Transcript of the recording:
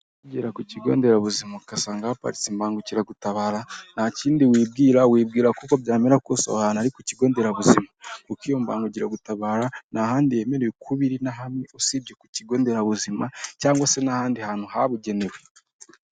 Ukigera ku kigo nderabuzima ugasanga haparitse imbangukiragutabara, nta kindi wibwira, wibwira ko uko byamera kose aho hantu ari ku kigo nderabuzima kuko iyi mbangukiragutabara nta handi yemerewe koba iri na hamwe usibye ku kigo nderabuzima cyangwa se n'ahandi hantu habugenewe.